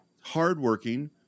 hardworking